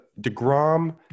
DeGrom